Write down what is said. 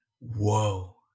Whoa